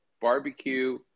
barbecue